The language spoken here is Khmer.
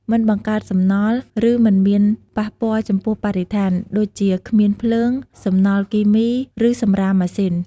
មិនបង្កើតសំណល់ ឬមិនមានប៉ះពាល់ចំពោះបរិស្ថាន ដូចជា គ្មានភ្លើង សំណល់គីមី ឬសំរាមម៉ាស៊ីន។